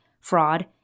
fraud